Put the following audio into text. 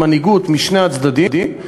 עם מנהיגות משני הצדדים.